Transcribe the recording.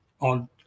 on